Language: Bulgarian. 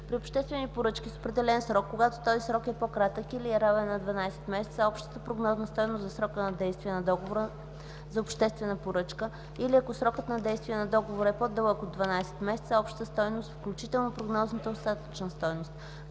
при обществени поръчки с определен срок, когато този срок е по-кратък от или е равен на 12 месеца – общата прогнозна стойност за срока на действие на договора за обществена поръчка, или ако срокът на действие на договора е по-дълъг от 12 месеца – общата стойност включително прогнозната остатъчна стойност;